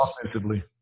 Offensively